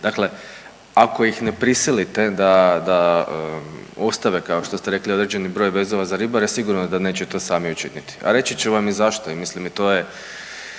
Dakle, ako ih ne prisilite da ostave kao što ste rekli određeni broj vezova za ribare sigurno da je neće to sami učiniti. A reći ću vam i zašto i mislim i to je